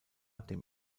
dem